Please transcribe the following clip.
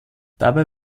dabei